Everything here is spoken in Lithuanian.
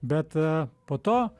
bet a po to